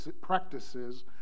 practices